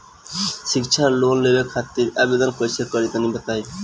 शिक्षा लोन लेवे खातिर आवेदन कइसे करि तनि बताई?